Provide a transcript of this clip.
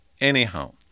anyhow